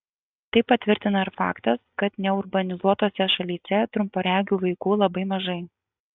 tai patvirtina ir faktas kad neurbanizuotose šalyse trumparegių vaikų labai mažai